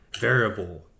variable